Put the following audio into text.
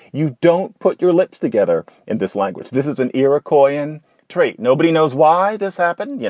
you don't put your lips together in this language. this is an era korean trait. nobody knows why this happened, you know.